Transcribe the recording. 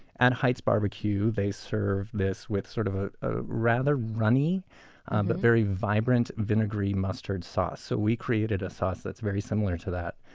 at hite's bar-b-que, they serve this with sort of ah a rather runny but very vibrant vinegary mustard sauce. so we created a sauce that's very similar to that.